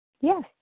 Yes